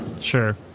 Sure